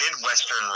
Midwestern